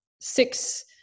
six